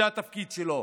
זה התפקיד שלו.